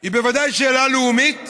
היא בוודאי שאלה לאומית.